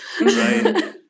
Right